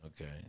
Okay